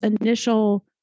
initial